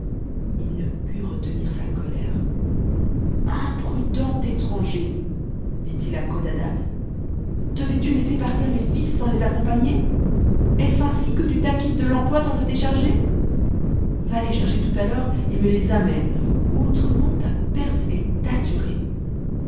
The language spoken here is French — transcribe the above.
ii ne put retenir sa colère a imprudent étranger dit-il à codadad devais tu laisser partir mes fils sans les accompagner est-ce ainsi que tu t'acquittes de l'emploi dont je t'ai chargé va les chercher tout à l'heure et me les amène autrement ta perte est assurée